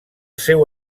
seu